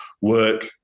work